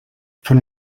von